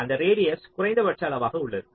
அந்த ரேடியஸ் குறைந்த பட்ச அளவாக உள்ளது